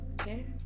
Okay